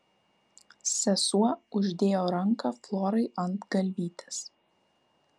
sesuo uždėjo ranką florai ant galvytės